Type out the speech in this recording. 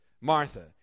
Martha